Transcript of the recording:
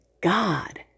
God